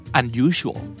unusual